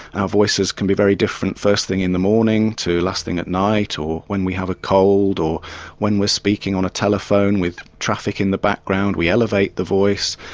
our voices can be very different first thing in the morning to last thing at night, or when we have a cold, or when we're speaking on a telephone with traffic in the background we elevate the voice,